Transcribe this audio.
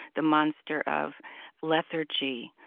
the monster of lethargy,